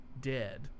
dead